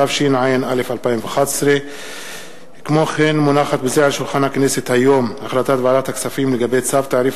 התשע"א 2011. החלטת ועדת הכספים לגבי צו תעריף